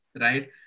right